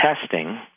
testing